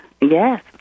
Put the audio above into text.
yes